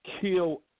kill